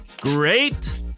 great